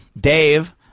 Dave